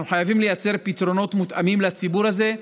אנחנו חייבים לייצר פתרונות מותאמים לציבור הזה,